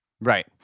Right